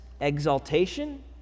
exaltation